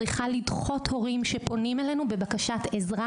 צריכה לדחות הורים שפונים אלינו בבקשת עזרה.